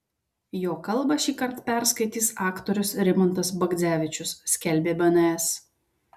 jo kalbą šįkart perskaitys aktorius rimantas bagdzevičius skelbė bns